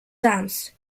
dance